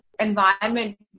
environment